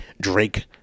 Drake